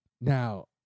Now